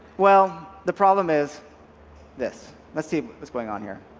well, the problem is this. let's see what's going on here.